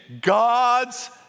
God's